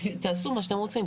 תעשו מה שאתם רוצים.